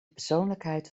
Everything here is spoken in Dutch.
persoonlijkheid